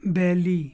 Delhi